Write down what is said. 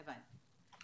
הבנתי.